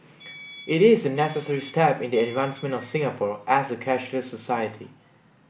it is a necessary step in the advancement of Singapore as a cashless society